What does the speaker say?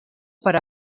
per